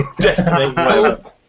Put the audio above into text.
Destiny